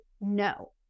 No